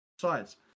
sides